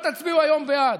לא תצביעו היום בעד.